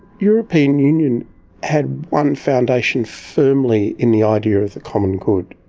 european union had one foundation firmly in the idea of the common good.